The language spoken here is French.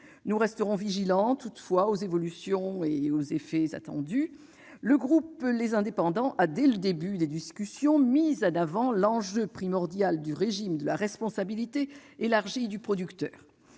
Nous resterons toutefois attentifs aux évolutions et aux effets attendus. Le groupe Les Indépendants a, dès le début des discussions, mis en avant l'enjeu primordial du régime de la responsabilité élargie du producteur.